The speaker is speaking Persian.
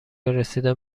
رسیدن